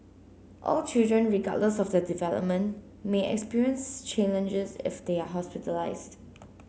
all children regardless of their development may experience challenges if they are hospitalised